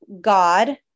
God